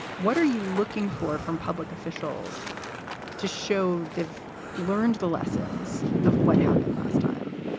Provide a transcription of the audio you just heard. what are you looking for from public officials to show they've learned the lessons of what happened last time?